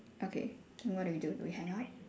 okay so what do we do do we hang up